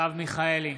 מרב מיכאלי,